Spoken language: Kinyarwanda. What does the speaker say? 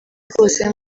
bwose